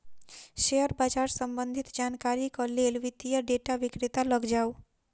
share बाजार सम्बंधित जानकारीक लेल वित्तीय डेटा विक्रेता लग जाऊ